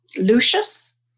Lucius